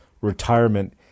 retirement